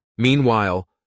Meanwhile